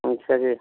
अच्छा जी